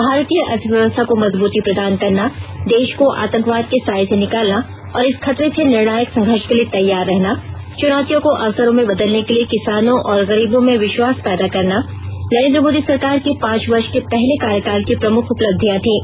भारतीय अर्थव्यवस्थां को मजबूती प्रदान करना देश को आंतकवाद के साए से निकालना और इस खतरे से निर्णायक संघर्ष के लिए तैयार रहना चुनौतियों को अवसरों में बदलने के लिए किसानों और गरीबों में विश्वारस पैदा करना नरेन्द्र मोदी सरकार के पांच वर्ष के पहले कार्यकाल की प्रमुख उपलब्धियां थीं